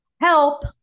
HELP